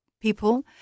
people